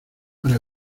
para